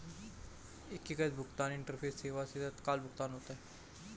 एकीकृत भुगतान इंटरफेस सेवाएं से तत्काल भुगतान होता है